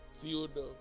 theodore